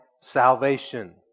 salvation